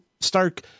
stark